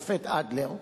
השופט אדלר,